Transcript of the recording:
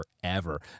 forever